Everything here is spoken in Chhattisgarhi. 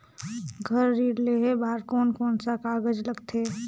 घर ऋण लेहे बार कोन कोन सा कागज लगथे?